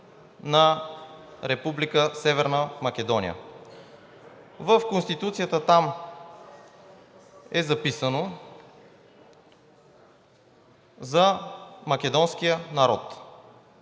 Македония. В Конституцията там е записано за македонския народ.